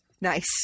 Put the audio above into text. Nice